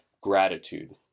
gratitude